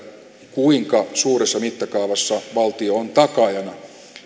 kuinka suuressa mittakaavassa valtio on takaajana